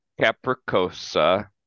capricosa